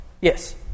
yes